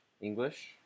English